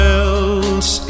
else